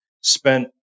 spent